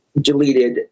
deleted